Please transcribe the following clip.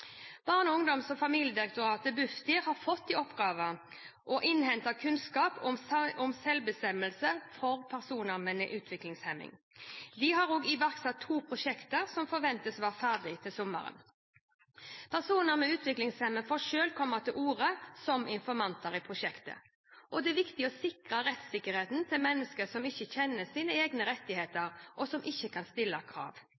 Barne-, ungdoms- og familiedirektoratet, Bufdir, har fått i oppgave å innhente kunnskap om selvbestemmelse for personer med utviklingshemning. De har iverksatt to prosjekter, som forventes å være ferdig til sommeren. Personer med utviklingshemning får selv komme til orde som informanter i prosjektet. Det er viktig å sikre rettssikkerheten til mennesker som ikke selv kjenner sine rettigheter, og som ikke selv kan stille krav.